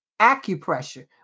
acupressure